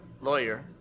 lawyer